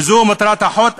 וזו מטרת החוק,